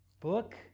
book